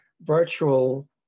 virtual